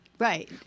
Right